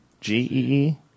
G-E-E